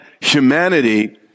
humanity